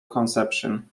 conception